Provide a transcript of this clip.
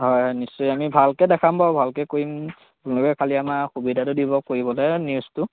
হয় হয় নিশ্চয় আমি ভালকে দেখাম বাৰু ভালকৈ কৰিম আপোনলোকে খালী আমাক সুবিধাটো দিব কৰিবলৈ নিউজটো